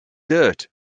dirt